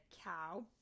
cow